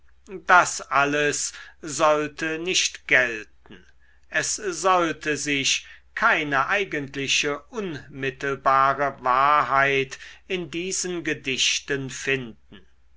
das alles sollte nicht gelten es sollte sich keine eigentliche unmittelbare wahrheit in diesen gedichten finden